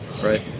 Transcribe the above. right